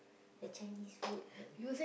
the Chinese food